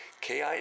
KI